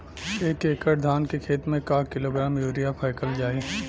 एक एकड़ धान के खेत में क किलोग्राम यूरिया फैकल जाई?